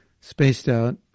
Spaced-out